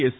S